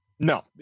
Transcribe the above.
No